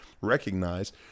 recognize